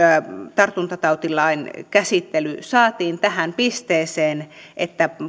tartuntatautilain käsittely saatiin tähän pisteeseen että